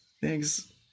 Thanks